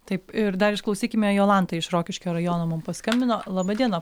taip ir dar išklausykime jolanta iš rokiškio rajono mum paskambino laba diena